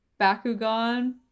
Bakugan